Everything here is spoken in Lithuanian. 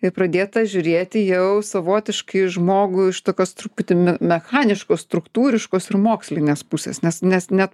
ir pradėta žiūrėti jau savotiškai žmogų iš tokios truputį mechaniškos struktūriškos ir mokslinės pusės nes nes net